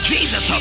Jesus